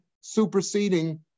superseding